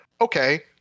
okay